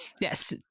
yes